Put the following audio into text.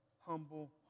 humble